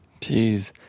Jeez